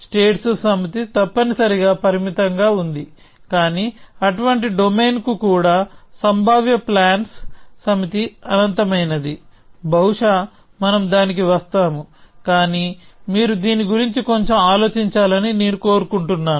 states సమితి తప్పనిసరిగా పరిమితంగా ఉంది కానీ అటువంటి డొమైన్కు కూడా సంభావ్య ప్లాన్స్ సమితి అనంతమైనది బహుశా మనం దానికి వస్తాము కానీ మీరు దీని గురించి కొంచెం ఆలోచించాలని నేను కోరుకుంటున్నాను